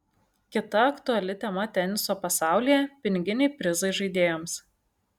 kita aktuali tema teniso pasaulyje piniginiai prizai žaidėjams